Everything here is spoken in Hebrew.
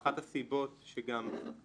בהבדל מהמצב בחינוך הרגיל, ביחס